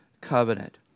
covenant